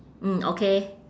mm okay